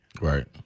Right